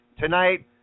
tonight